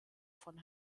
von